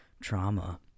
trauma